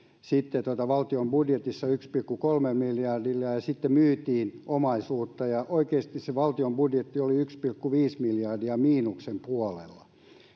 sitten valtion budjetissa yhdellä pilkku kolmella miljardilla ja sitten myytiin omaisuutta ja oikeasti se valtion budjetti oli yksi pilkku viisi miljardia miinuksen puolella